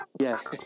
Yes